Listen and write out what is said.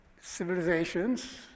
civilizations